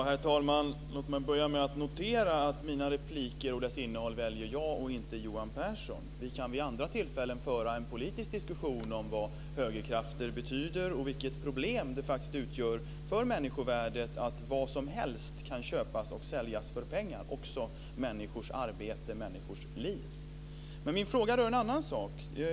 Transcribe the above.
Herr talman! Låt mig börja med att notera att mina anföranden och deras innehåll väljer jag och inte Johan Pehrson. Vi kan vid andra tillfällen föra en politisk diskussion om vad högerkrafterna betyder och om vilket problem det faktiskt innebär för människovärdet att vad som helst kan köpas och säljas för pengar, också människors arbete och människors liv. Men min fråga rör en annan sak.